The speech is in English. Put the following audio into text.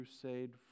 Crusade